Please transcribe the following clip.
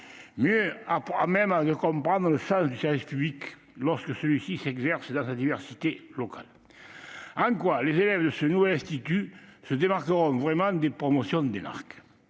plus aptes à comprendre le sens du service public, lorsque celui-ci s'exerce dans sa diversité locale ? En quoi les élèves de ce nouvel institut se démarqueront-ils véritablement des promotions d'énarques ?